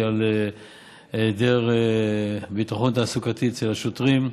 על היעדר ביטחון תעסוקתי אצל השוטרים,